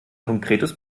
konkretes